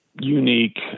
unique